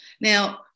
now